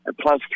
plus